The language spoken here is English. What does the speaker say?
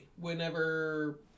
whenever